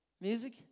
Music